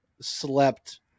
slept